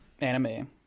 anime